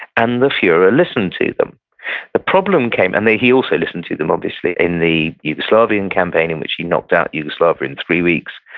and the fuhrer listened to them the problem came, and he also listened to them obviously in the yugoslavian campaign, in which he knocked out yugoslavia in three weeks,